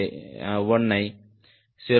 852 க்கு சமமாகப் பெறுகிறேன்